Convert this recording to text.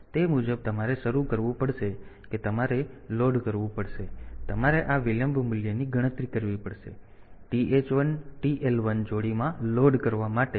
તેથી તે મુજબ તમારે શરૂ કરવું પડશે કે તમારે લોડ કરવું પડશે કે તમારે આ વિલંબ મૂલ્યની ગણતરી કરવી પડશે TH 1 TL 1 જોડીમાં લોડ કરવા માટે અને પછી તમારે તે કરવું પડશે